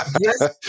Yes